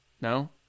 No